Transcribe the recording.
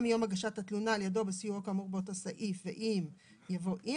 מיום הגשת התלונה על ידו או בסיועו כאמור באותו הסעיף.." יבוא: אם.